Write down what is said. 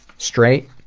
straight,